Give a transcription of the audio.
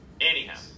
Anyhow